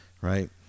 Right